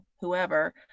whoever